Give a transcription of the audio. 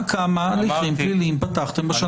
כמה הליכים פליליים פתחתם השנה?